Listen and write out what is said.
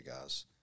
guys